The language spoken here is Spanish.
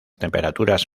temperaturas